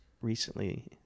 recently